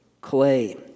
clay